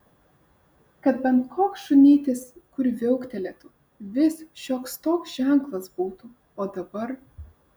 kad bent koks šunytis kur viauktelėtų vis šioks toks ženklas būtų o dabar